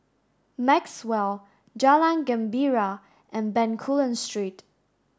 Maxwell Jalan Gembira and Bencoolen Street